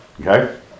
Okay